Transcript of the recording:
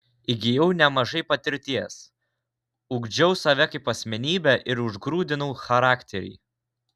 įgijau nemažai patirties ugdžiau save kaip asmenybę ir užgrūdinau charakterį